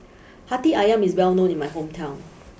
Hati Ayam is well known in my hometown